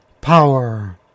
power